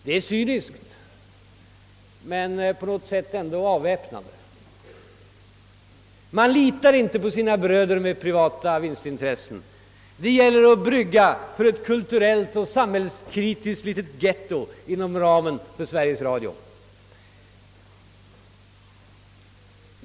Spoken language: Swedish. Det är cyniskt men på något sätt ändå avväpnande. Man litar inte på sina bröder med privata vinstintressen. Det gäller att brygga för ett kulturellt och samhällspolitiskt litet ghetto inom ramen för Sveriges Radio.